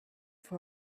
for